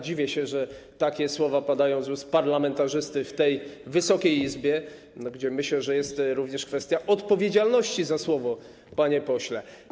Dziwię się, że takie słowa padają z ust parlamentarzysty w tej Wysokiej Izbie, gdzie, myślę, jest również kwestia odpowiedzialności za słowo, panie pośle.